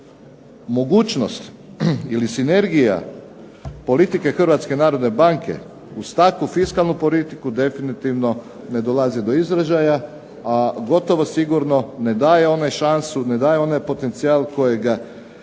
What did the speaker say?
mogućnosti ili sinergija politike HNB-a uz takvu fiskalnu politiku definitivno ne dolazi do izražaja, a gotovo sigurno ne daje onu šansu ne daje onaj potencijal kojega HNB-a